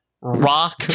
rock